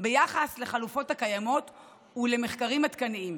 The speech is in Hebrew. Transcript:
ביחס לחלופות הקיימות ולמחרים עדכניים.